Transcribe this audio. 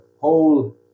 whole